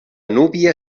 núvia